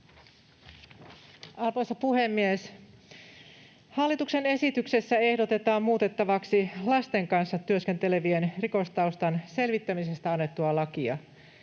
15:09 Content: Arvoisa puhemies! Hallituksen esityksessä ehdotetaan muutettavaksi lasten kanssa työskentelevien rikostaustan selvittämisestä annettua lakia.